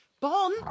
Bon